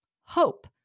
Hope